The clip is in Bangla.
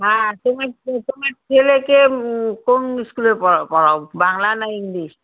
হ্যাঁ তোমার তো তোমার ছেলেকে কোন স্কুলে পড়াও পড়াও বাংলা না ইংলিশ